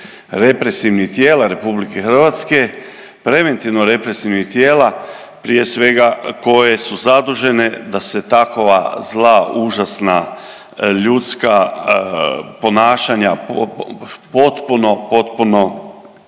represivnih tijela RH, preventivno represivnih tijela prije svega koje su zadužene da se takva zla, užasna ljudska ponašanja potpuno, potpuno